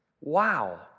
Wow